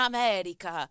America